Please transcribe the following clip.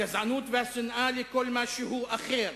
הגזענות והשנאה לכל מה שהוא אחר,